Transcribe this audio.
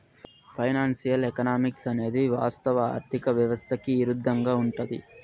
financial economics అనేది వాస్తవ ఆర్థిక వ్యవస్థకి ఇరుద్దంగా ఉంటది